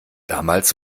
damals